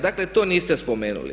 Dakle, to niste spomenuli.